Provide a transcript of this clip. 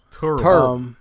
Terrible